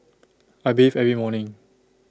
I bathe every morning